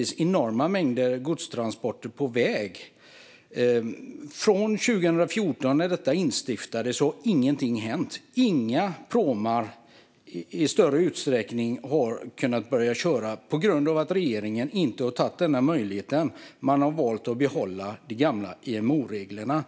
flytta enorma mängder godstransporter från väg. Men sedan 2014, när detta instiftades, har ingenting hänt - inga pråmar har kunnat börja köra i större utsträckning. Det beror på att regeringen inte har tagit den möjligheten utan har valt att behålla de gamla IMO-reglerna.